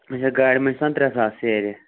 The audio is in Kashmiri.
اَچھا گاڑِ منٛز چھِ آسان ترٛےٚ ساس سیرِ